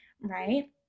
right